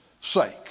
sake